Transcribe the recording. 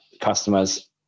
customers